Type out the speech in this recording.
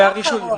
לא דיון אחרון.